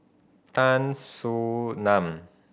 Tan Soo Nan